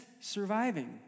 surviving